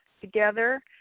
together